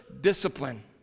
discipline